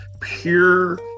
pure